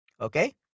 Okay